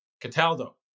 Cataldo